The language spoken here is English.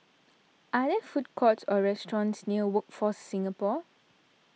are there food courts or restaurants near Workforce Singapore